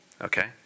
Okay